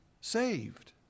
saved